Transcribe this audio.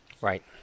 Right